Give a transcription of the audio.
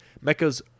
Mecca's